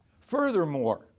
Furthermore